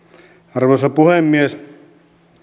arvoisa puhemies